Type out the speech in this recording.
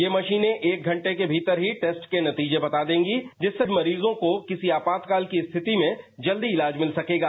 ये मशीनें एक घंटे के भीतर ही टेस्ट के नतीजे बता देंगी जिससे मरीजों को किसी आपातकाल की स्थिति में जल्दी इलाज मिल सकेगा